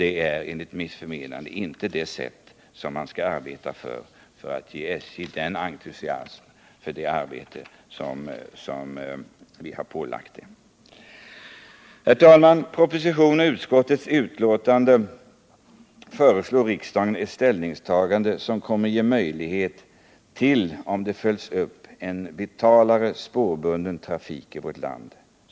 Det är enligt mitt förmenande inte det sätt man skall verka på för att skapa entusiasm för det arbete som vi har pålagt SJ. Herr talman! I propositionen och utskottsbetänkandet föreslås riksdagen ett ställningstagande som, om det följs upp, kommer att ge möjlighet till en vitalare spårbunden trafik i vårt land.